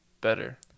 better